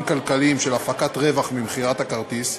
כלכליים של הפקת רווח ממכירת הכרטיס,